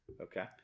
Okay